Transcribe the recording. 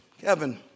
Kevin